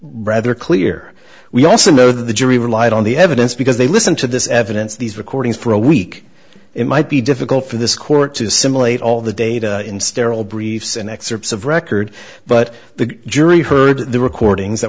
rather clear we also know that the jury relied on the evidence because they listened to this evidence these recordings for a week it might be difficult for this court to assimilate all the data in sterile briefs and excerpts of record but the jury heard the recordings that